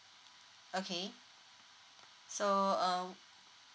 okay so um